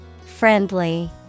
Friendly